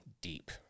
deep